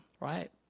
right